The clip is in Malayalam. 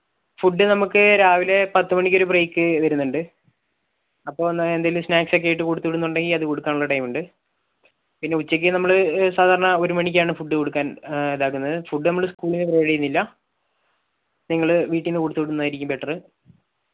ഫുഡ് നമുക്ക് രാവിലെ പത്ത് മണിക്ക് ഒരു ബ്രേക്ക് വരുന്നുണ്ട് അപ്പോൾ എന്തെങ്കിലും സ്നാക്സ് ഒക്കെ ആയിട്ട് കൊടുത്തുവിടുന്നു ഉണ്ടെങ്കിൽ അത് കൊടുക്കാൻ ആയിട്ട് ടൈം ഉണ്ട് പിന്നെ ഉച്ചയ്ക്ക് സാധാരണ നമ്മളുടെ സാധാരണ ഒരു മണിക്ക് ഫുഡ് കൊടുക്കാൻ ഇതാക്കുന്നത് ഫുഡ് നമ്മൾ സ്കൂളിൽ നിന്ന് പ്രൊവൈഡ് ചെയ്യുന്നില്ല നിങ്ങൾ വീട്ടിൽ നിന്ന് കൊടുത്തു വിടുന്നതായിരിക്കും ബെറ്റർ